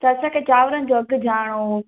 त असांखे चांवरनि जो अघु ॼाणणो हो